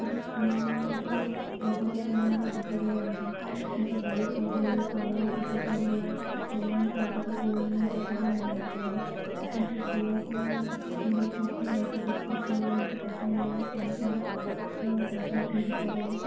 କିନ୍ତୁ ଶୁଆକୁ ଅଧିକ ପରିମାଣରେ ଦେଖାଯାଏ ନାହିଁ କିନ୍ତୁ ବାଇ ଚଢ଼େଇ କାଉ ଟିକି ଚଢ଼େଇ ଏମାନଙ୍କୁ ଅଧିକ ପରିମାଣରେ ଦେଖାଯାଏ ଆମ ଅଞ୍ଚଳରେ କିନ୍ତୁ ଶୁଆକୁ ଶୁଆ ପକ୍ଷୀ ମତେ ବେଶୀ ପ୍ରିୟ ମତେ ପସନ୍ଦ ଲାଗେ କାହିଁକିନା ଶୁଆ କଥା କହିପାରେ